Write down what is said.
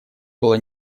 было